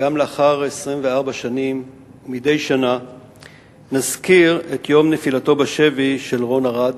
שגם לאחר 24 שנים ומדי שנה נזכיר את יום נפילתו בשבי של רון ארד,